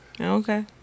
Okay